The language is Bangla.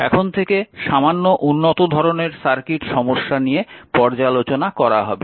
এখন থেকে সামান্য উন্নত ধরণের সার্কিট সমস্যা নিয়ে পর্যালোচনা করা হবে